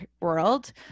world